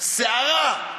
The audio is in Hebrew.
סערה,